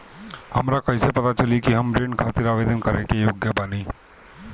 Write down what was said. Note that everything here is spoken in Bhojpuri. हमरा कईसे पता चली कि हम ऋण खातिर आवेदन करे के योग्य बानी?